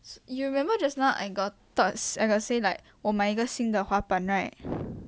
you remember just now I got thoughts I got say like 我买一个新的滑板 right